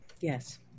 yes